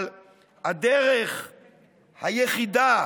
אבל הדרך היחידה